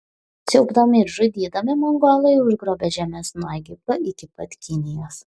siaubdami ir žudydami mongolai užgrobė žemes nuo egipto iki pat kinijos